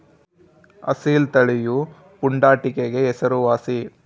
ಅಸೀಲ್ ತಳಿಯು ಪುಂಡಾಟಿಕೆಗೆ ಹೆಸರುವಾಸಿ